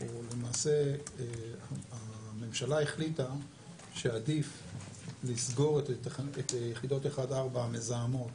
או למעשה הממשלה החליטה שעדיף לסגור את יחידות 1-4 המזהמות